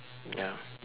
ya